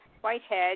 Whitehead